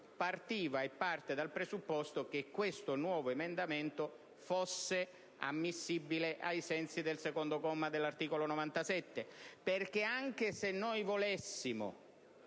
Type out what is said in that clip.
partiva e parte dal presupposto che questo nuovo emendamento fosse ammissibile ai sensi del comma 2 dell'articolo 97. Anche se volessimo